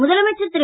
முதலமைச்சர் ரு